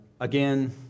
again